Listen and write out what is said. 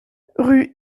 rue